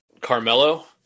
Carmelo